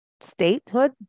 statehood